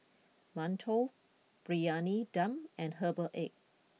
Mantou Briyani Dum and Herbal Egg